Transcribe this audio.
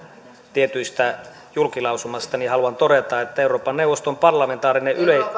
tietystä julkilausumasta niin haluan todeta että euroopan neuvoston parlamentaarisen